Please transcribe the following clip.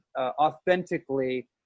Authentically